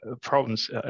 problems